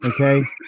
okay